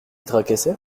tracassait